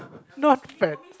not fair